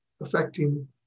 affecting